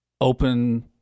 open